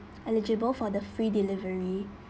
eligible for the free delivery